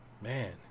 man